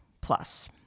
plus